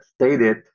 stated